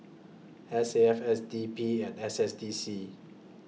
S A F S D P and S S D C